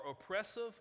oppressive